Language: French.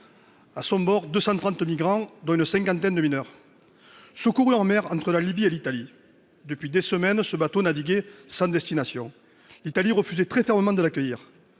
À son bord, 230 migrants, dont une cinquantaine de mineurs, secourus en mer entre la Libye et l'Italie. Depuis des semaines, ce bateau naviguait sans destination. L'Italie refusait très fermement de l'accueillir,